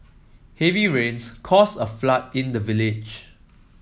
heavy rains caused a flood in the village